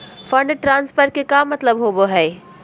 Fund transfer के का मतलब होव हई?